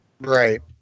right